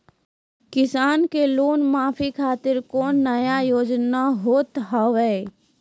किसान के लोन माफी खातिर कोनो नया योजना होत हाव?